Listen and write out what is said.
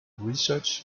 research